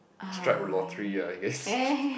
strike lottery I guess